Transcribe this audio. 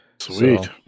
Sweet